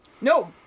No